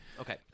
Okay